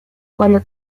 cuando